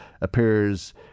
appears